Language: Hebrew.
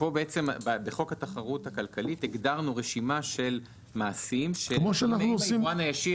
בחוק התחרות הכלכלית למעשה הגדרנו רשימה של מעשים שאם היבואן הישיר